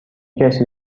کسی